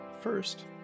First